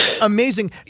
Amazing